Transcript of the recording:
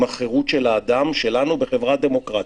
עם החירות של האדם בחברה הדמוקרטית?